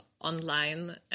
online